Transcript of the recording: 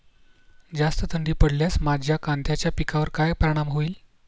जास्त थंडी पडल्यास माझ्या कांद्याच्या पिकावर काय परिणाम होईल?